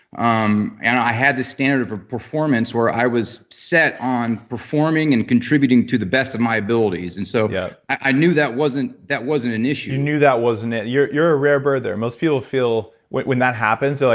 um and i had this standard of performance where i was set on performing and contributing to the best of my abilities and so yeah i knew that wasn't that wasn't an issue you knew that wasn't it. you're you're a rare bird there. most people feel when that happens, they're